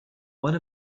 one